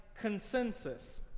consensus